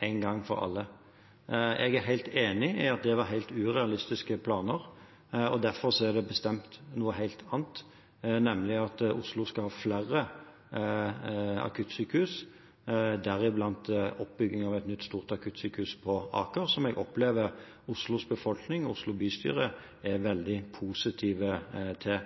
en gang for alle. Jeg er helt enig i at det var helt urealistiske planer, og derfor er det bestemt noe helt annet, nemlig at Oslo skal ha flere akuttsykehus, deriblant oppbygging av et nytt, stort akuttsykehus på Aker, som jeg opplever Oslos befolkning og Oslo bystyre er veldig positive til.